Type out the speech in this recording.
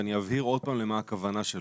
ואני אבהיר עוד פעם למה הכוונה שלו.